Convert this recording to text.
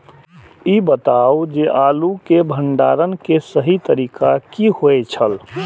ई बताऊ जे आलू के भंडारण के सही तरीका की होय छल?